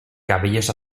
cabellos